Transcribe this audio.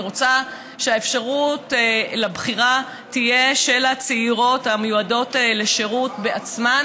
אני רוצה שהאפשרות לבחירה תהיה של הצעירות המיועדות לשירות בעצמן,